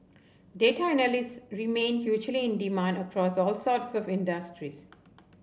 data analysts remain hugely in demand across all sort serve industries